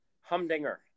humdinger